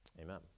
Amen